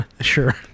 Sure